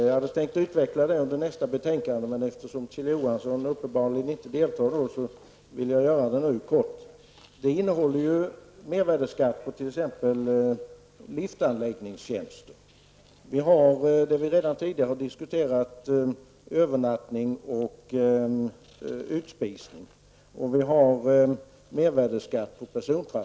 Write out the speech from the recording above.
Jag hade tänkt utveckla detta under nästa betänkande, men eftersom Kjell Johansson uppenbarligen inte kommer att delta då, vill jag göra det nu -- helt kort. Turistmoms innehåller t.ex. mervärdeskatt på liftanläggningstjänster. Som vi redan tidigare diskuterat ingår övernattning och utspisning.